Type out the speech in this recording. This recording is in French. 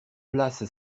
place